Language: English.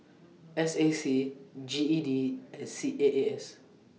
S A C G E D and C A A S